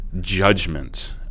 judgment